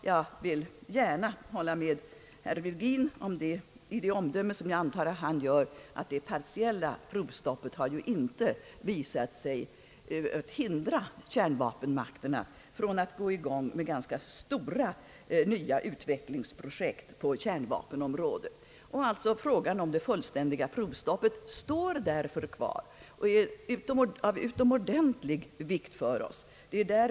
Jag vill gärna hålla med herr Virgin i det omdöme som jag antar att han gör, nämligen att det partiella provstoppet inte har visat sig hindra kärnvapenmakterna från att sätta i gång ganska stora nya utvecklingsprojekt på kärnvapenområdet. Frågan om det fullständiga kärnvapenprovstoppet står därför kvar. Frågan är av utomordentlig vikt.